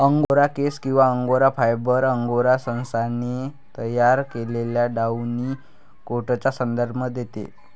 angora केस किंवा angora fibre, angora सशाने तयार केलेल्या डाउनी कोटचा संदर्भ देते